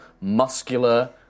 muscular